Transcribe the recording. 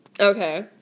okay